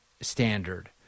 standard